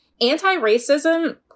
Anti-racism